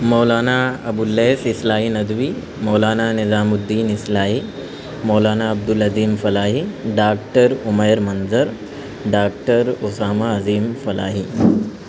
Maulana Abullais Islahi Nadvi Maulana Nizam uddin Islahi Maulana Abdulazeem Falahi doctor Umair Manzar doctor Usama Azeem Falahi